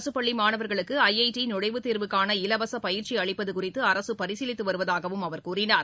அரசு பள்ளி மாணவர்களுக்கு ஐஐடி நுழைவுத்தேர்வுக்னன இலவச பயிற்சி அளிப்பது குறித்து அரசு பரிசீலித்து வருவதாகவும் அவர் கூறினார்